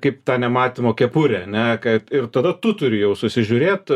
kaip ta nematymo kepurė ane kad ir tada tu turi jau susižiūrėt